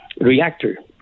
reactor